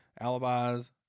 Alibis